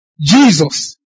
Jesus